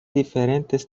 diferentes